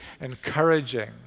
encouraging